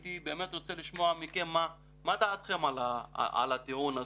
והייתי רוצה לשמוע מכם מה דעתכם על הטיעון הזה,